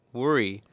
worry